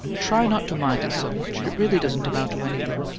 try not to mind it so much it really doesn't amount to anything.